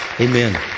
Amen